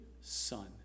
Son